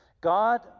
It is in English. God